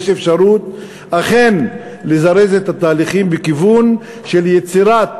יש אפשרות אכן לזרז את התהליכים בכיוון של יצירת